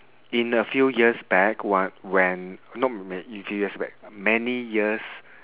in a few years back one when not man~ few years back many years